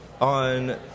On